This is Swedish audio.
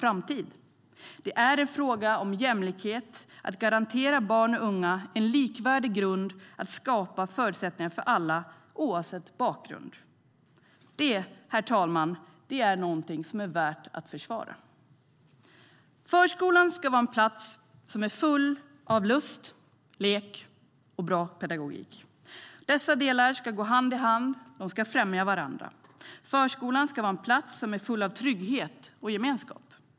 Det är en fråga om jämlikhet, att garantera barn och unga en likvärdig grund och skapa förutsättningar för alla oavsett bakgrund. Det, herr talman, är någonting som är värt att försvara. Förskolan ska vara en plats som är full av lust, lek och bra pedagogik. Dessa delar ska gå hand i hand och främja varandra. Förskolan ska vara en plats som är full av trygghet och gemenskap.